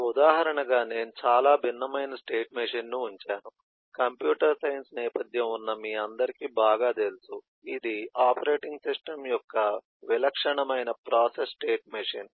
ఒక ఉదాహరణగా నేను చాలా భిన్నమైన స్టేట్ మెషీన్ను ఉంచాను కంప్యూటర్ సైన్స్ నేపథ్యం ఉన్న మీ అందరికీ బాగా తెలుసు ఇది ఆపరేటింగ్ సిస్టమ్ యొక్క విలక్షణమైన ప్రాసెస్ స్టేట్ మెషిన్